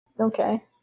Okay